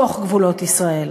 בתוך גבולות ישראל.